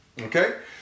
Okay